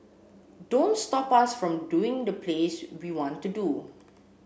don't stop us from doing the plays we want to do